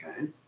okay